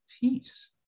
peace